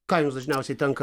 ką jums dažniausiai tenka